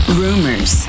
rumors